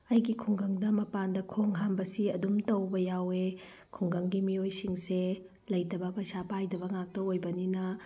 ꯑꯩꯒꯤ ꯈꯨꯡꯒꯪꯗ ꯃꯄꯥꯟꯗ ꯈꯣꯡ ꯍꯥꯝꯕꯁꯤ ꯑꯗꯨꯝ ꯇꯧꯕ ꯌꯥꯎꯋꯦ ꯈꯨꯡꯒꯪꯒꯤ ꯃꯤꯑꯣꯏꯁꯤꯡꯁꯦ ꯂꯩꯇꯕ ꯄꯩꯁꯥ ꯄꯥꯏꯗꯕ ꯉꯥꯛꯇ ꯑꯣꯏꯕꯅꯤꯅ